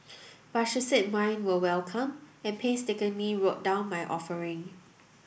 but she said mine were welcome and painstakingly wrote down my offering